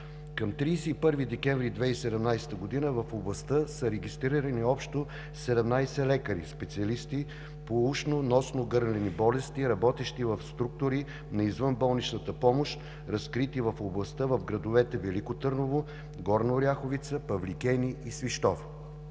Към 31 декември 2017 г. в областта са регистрирани общо 17 лекари-специалисти по ушно-носно-гърлени болести, работещи в структури на извънболничната помощ, разкрити в областта в градовете Велико Търново, Горна Оряховица, Павликени и Свищов.